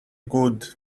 good